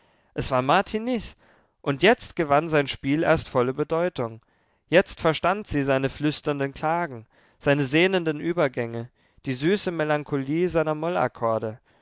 es war martiniz und jetzt gewann sein spiel erst volle bedeutung jetzt verstand sie seine flüsternden klagen seine sehnenden übergänge die süße melancholie seiner moll akkorde